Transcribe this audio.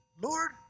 Lord